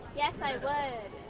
yes, i would.